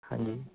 ਹਾਂਜੀ